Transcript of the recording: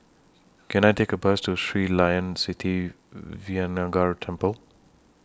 Can I Take A Bus to Sri Layan Sithi Vinayagar Temple